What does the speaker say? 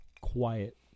quiet